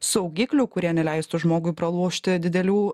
saugiklių kurie neleistų žmogui pralošti didelių